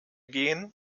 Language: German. gehen